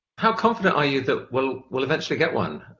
how confident are you that we'll we'll eventually get one? i